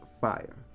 fire